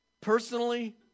Personally